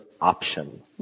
option